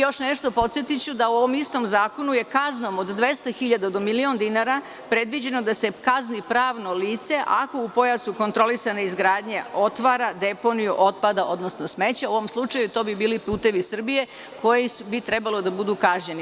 Još nešto, podsetiću da u ovom istom zakonu je kaznom od 200.000 do 1.000.000 dinara predviđeno da se kazni pravno lice ako u pojasu kontrolisane izgradnje otvara deponiju otpada, odnosno smeća, u ovom slučaju to bi bili „Putevi Srbije“ koji bi trebalo da budu kažnjeni.